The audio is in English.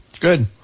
Good